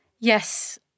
Yes